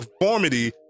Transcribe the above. conformity